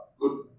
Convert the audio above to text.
good